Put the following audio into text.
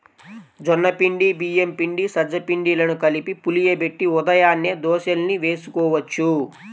జొన్న పిండి, బియ్యం పిండి, సజ్జ పిండిలను కలిపి పులియబెట్టి ఉదయాన్నే దోశల్ని వేసుకోవచ్చు